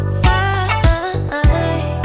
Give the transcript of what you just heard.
side